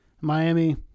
Miami